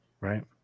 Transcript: right